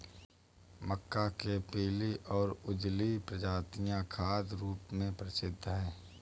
मक्का के पीली और उजली प्रजातियां खाद्य रूप में प्रसिद्ध हैं